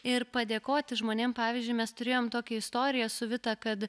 ir padėkoti žmonėm pavyzdžiui mes turėjom tokią istoriją su vita kad